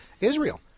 Israel